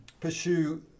pursue